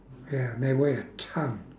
ya they weigh a ton